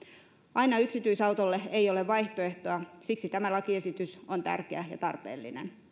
aina yksityisautolle ei ole vaihtoehtoa siksi tämä lakiesitys on tärkeä ja tarpeellinen